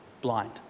blind